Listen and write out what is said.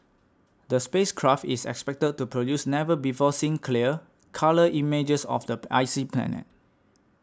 the space craft is expected to produce never before seen clear colour images of the icy planet